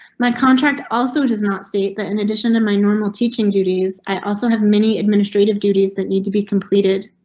my contract also does not state that in and addition to my normal teaching duties, i also have many administrative duties that need to be completed.